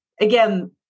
again